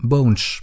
Bones